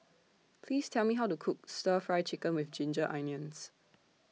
Please Tell Me How to Cook Stir Fry Chicken with Ginger Onions